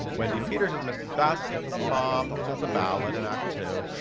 wendy peters as mrs. baskin the mom who has a ballad in act two,